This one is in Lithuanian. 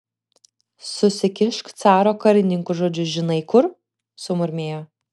susikišk caro karininkų žodžius žinai kur sumurmėjo